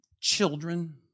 children